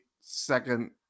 second